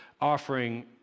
offering